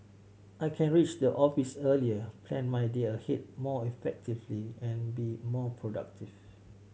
I can reach the office earlier plan my day ahead more effectively and be more productive